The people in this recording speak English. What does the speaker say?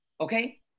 Okay